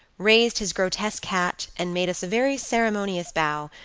raised his grotesque hat, and made us a very ceremonious bow,